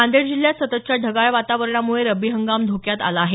नांदेड जिल्ह्यात सततच्या ढगाळ वातावरणामुळे रब्बी हंगाम धोक्यात आला आहे